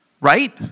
right